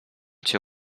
cię